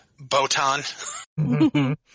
Botan